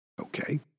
Okay